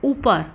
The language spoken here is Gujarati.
ઉપર